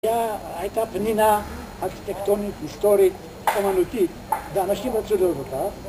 הייתה פנינה ארכיטקטונית, היסטורית, אומנותית, ואנשים רצו לראות אןתה